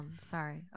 sorry